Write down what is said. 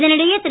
இதனிடையே திரு